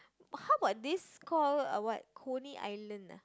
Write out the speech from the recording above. how about this call uh what Coney-Island ah